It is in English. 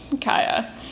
Kaya